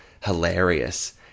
hilarious